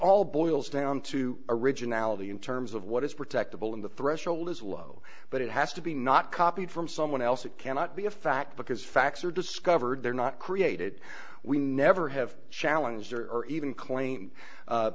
all boils down to originality in terms of what is protected will in the threshold is low but it has to be not copied from someone else it cannot be a fact because facts are discovered they're not created we never have challenges or even claim